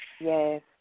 Yes